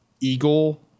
Eagle